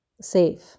safe